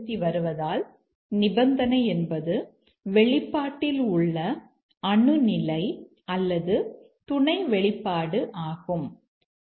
C D